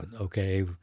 okay